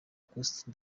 costa